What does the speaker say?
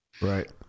Right